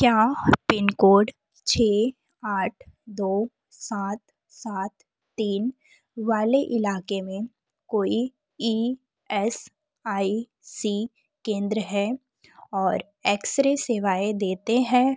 क्या pin code छः आठ दो सात सात तीन वाले इलाके में कोई ई एस आई सी केंद्र है और एक्स रे सेवाएँ देते हैं